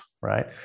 Right